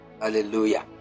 Hallelujah